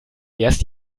erst